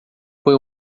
foi